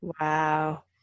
Wow